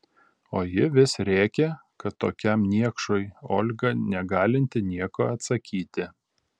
o ji vis rėkė kad tokiam niekšui olga negalinti nieko atsakyti